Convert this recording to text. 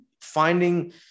finding